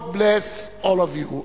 God bless all of you.